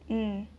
mm